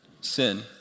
sin